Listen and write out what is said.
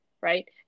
right